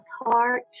heart